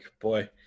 boy